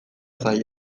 zaie